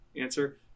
answer